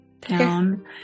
town